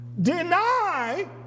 Deny